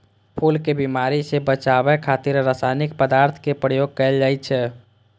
फूल कें बीमारी सं बचाबै खातिर रासायनिक पदार्थक प्रयोग कैल जाइ छै